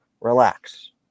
relax